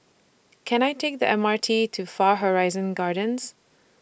Can I Take The M R T to Far Horizon Gardens